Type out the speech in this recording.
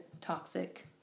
toxic